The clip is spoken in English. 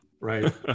right